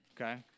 okay